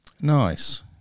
Nice